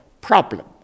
problem